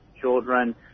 children